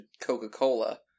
Coca-Cola